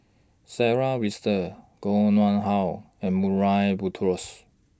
Sarah Winstedt Koh Nguang How and Murray Buttrose